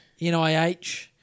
NIH